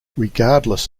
regardless